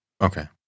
Okay